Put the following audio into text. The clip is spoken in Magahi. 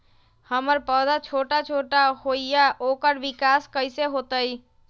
हमर पौधा छोटा छोटा होईया ओकर विकास कईसे होतई?